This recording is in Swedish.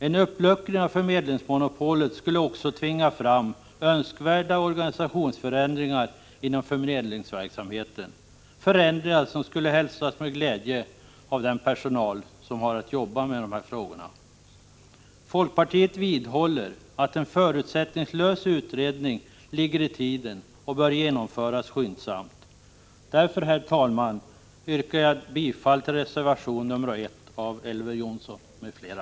En uppluckring av förmedlingsmonopolet skulle också tvinga fram önskvärda organisationsförändringar inom förmedlingsverksamheten — förändringar som skulle hälsas med glädje av den personal som har att jobba med de här frågorna. Folkpartiet vidhåller att en förutsättningslös utredning ligger i tiden och bör genomföras skyndsamt. Herr talman! Jag yrkar därför bifall till reservation 1 av Elver Jonsson m.fl.